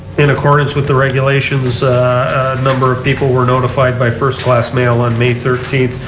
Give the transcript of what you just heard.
in accordance with the regulations a number of people were notified by first class mail on may thirteen,